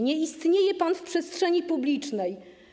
Nie istnieje pan w przestrzeni publicznej.